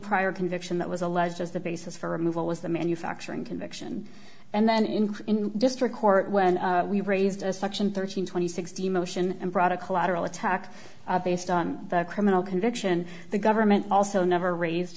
prior conviction that was alleged as the basis for removal was the manufacturing conviction and then in district court when we raised a section thirteen twenty sixty motion and brought a collateral attack based on the criminal conviction the government also never raised